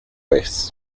vez